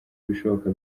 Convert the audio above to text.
ibishoboka